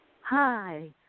Hi